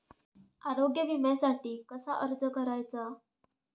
आरोग्य विम्यासाठी कसा अर्ज करायचा?